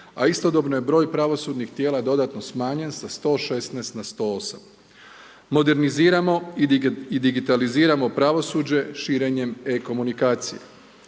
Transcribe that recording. a istodobno je broj pravosudnih tijela dodatno smanjen sa 116 na 108. Moderniziramo i digitaliziramo pravosuđe širenjem e komunikacije.